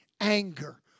anger